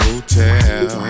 hotel